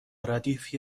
ردیفی